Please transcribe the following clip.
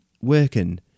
working